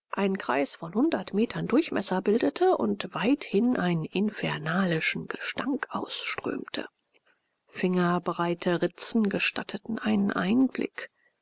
einen kreis von hundert metern durchmesser bildete und weithin einen infernalischen gestank ausströmte fingerbreite ritzen gestatteten einen einblick